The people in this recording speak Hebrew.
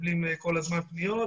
מקבלים כל הזמן פניות,